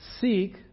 seek